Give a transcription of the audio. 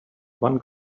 one